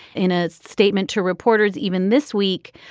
in a statement to reporters even this week.